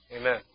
Amen